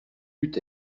eut